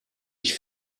ich